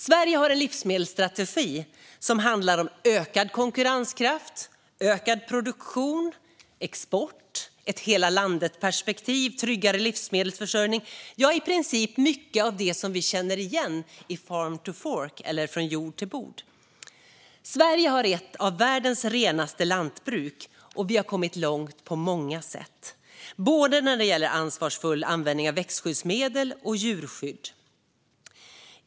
Sverige har en livsmedelsstrategi som handlar om ökad konkurrenskraft, ökad produktion, export, ett hela-landet-perspektiv, tryggare livsmedelsförsörjning - ja, i princip mycket av det som vi känner igen i Farm to Fork eller från jord till bord. Sverige har ett av världens renaste lantbruk, och vi har kommit långt på många sätt när det gäller ansvarsfull användning av växtskyddsmedel och djurskydd.